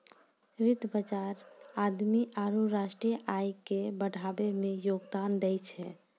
वित्त बजार आदमी आरु राष्ट्रीय आय के बढ़ाबै मे योगदान दै छै